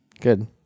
Good